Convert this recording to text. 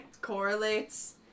correlates